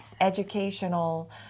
educational